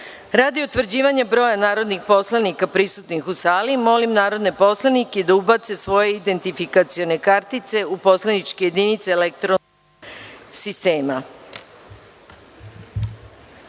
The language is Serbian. utvrđivanja broja narodnih poslanika prisutnih u sali, molim narodne poslanike da ubace svoje identifikacione kartice u poslaničke jedinice elektronskog sistema